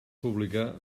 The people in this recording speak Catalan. publicar